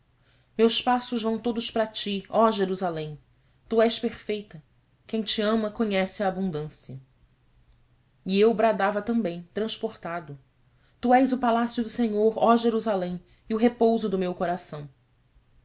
meus passos vão todos para ti ó jerusalém tu és perfeita quem te ama conhece a abundância e eu bradava também transportado tu és o palácio do senhor ó jerusalém e o repouso do meu coração